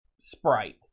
sprite